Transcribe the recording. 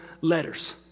letters